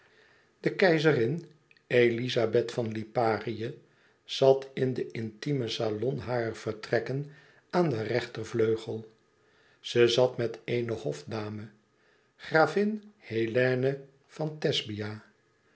de keizerin elizabeth van liparië zat in den intimen salon harer vertrekken aan den rechtervleugel ze zat met eene hofdame gravin hélène van thesbia